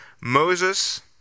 Moses